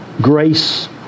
grace